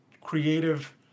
creative